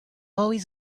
always